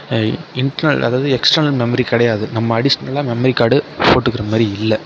internal அதாவது external memory கிடையாது நம்ம அடிஸ்னலாக மெமரி கார்டு போட்டுக்கிற மாதிரி இல்லை